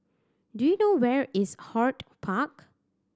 do you know where is HortPark